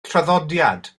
traddodiad